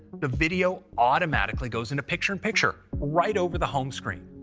the video automatically goes into picture in picture right over the home screen.